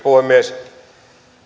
puhemies